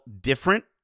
different